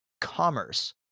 commerce